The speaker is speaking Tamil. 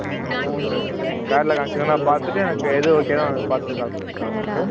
ம் ம் சரி ஓகே சார் நீங்கள் கார்டில் காமிச்சிங்கன்னா நான் பார்த்துட்டு எனக்கு எது ஓகேவோ அது பார்த்துட்டு கால் பண்ணுறேன் சார் உங்களுக்கு